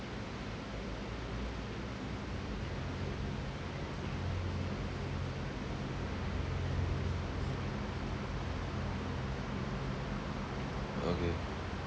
okay